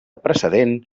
precedent